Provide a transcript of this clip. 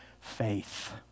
faith